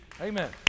Amen